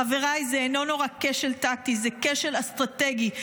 חבריי, זה איננו רק כשל טקטי, זה כשל אסטרטגי.